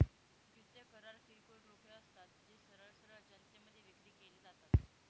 युद्ध करार किरकोळ रोखे असतात, जे सरळ सरळ जनतेमध्ये विक्री केले जातात